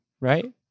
right